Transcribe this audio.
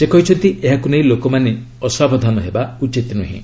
ସେ କହିଛନ୍ତି ଏହାକୁ ନେଇ ଲୋକମାନେ ଅସାବଧାନ ହେବା ଉଚିତ୍ ନୁହେଁ